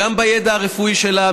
גם בידע הרפואי שלה,